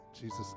Jesus